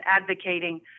advocating